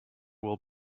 will